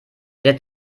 der